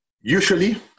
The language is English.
Usually